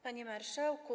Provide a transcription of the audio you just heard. Panie Marszałku!